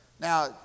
Now